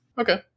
Okay